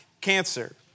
cancer